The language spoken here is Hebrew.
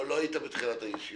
לא היית בתחילת הישיבה.